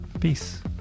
peace